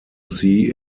see